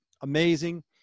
amazing